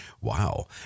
Wow